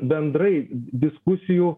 bendrai diskusijų